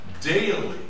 daily